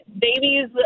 babies